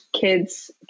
Kids